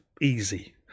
easy